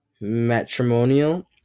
Matrimonial